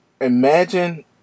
Imagine